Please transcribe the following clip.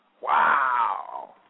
Wow